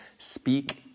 speak